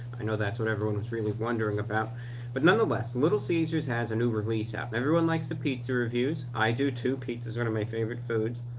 i know that's what everyone was really wondering about but nonetheless little caesars has a new release out. and everyone likes the pizza reviews. i do too pizza's one of my favorite foods.